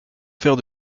faire